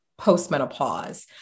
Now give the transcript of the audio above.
postmenopause